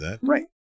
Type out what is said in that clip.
Right